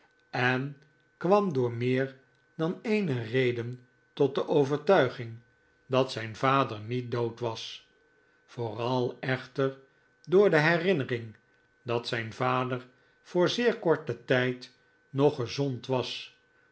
en kwam door meer dan eene reden tot de overtuiging dat zijn vader niet dood was vooral echter door de herinnering dat zijn vader voor zeer korten tijd nog gezond was